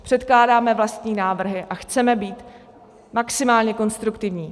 Předkládáme vlastní návrhy a chceme být maximálně konstruktivní.